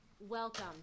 Welcome